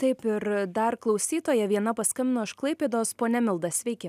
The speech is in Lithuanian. taip ir dar klausytoja viena paskambino iš klaipėdos ponia milda sveiki